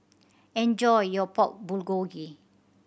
enjoy your Pork Bulgogi